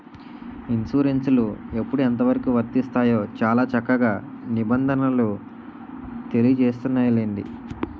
ఇన్సురెన్సులు ఎప్పుడు ఎంతమేరకు వర్తిస్తాయో చాలా చక్కగా నిబంధనలు తెలియజేస్తున్నాయిలెండి